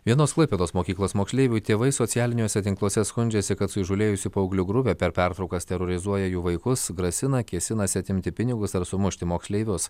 vienos klaipėdos mokyklos moksleivių tėvai socialiniuose tinkluose skundžiasi kad suįžūlėjusių paauglių grupė per pertraukas terorizuoja jų vaikus grasina kėsinasi atimti pinigus ar sumušti moksleivius